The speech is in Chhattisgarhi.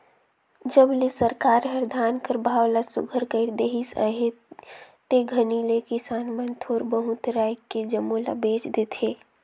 जब ले सरकार हर धान कर भाव ल सुग्घर कइर देहिस अहे ते घनी ले किसान मन थोर बहुत राएख के जम्मो ल बेच देथे